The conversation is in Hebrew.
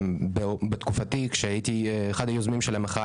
בתקופתי כשהייתי אחד היוזמים של המחאה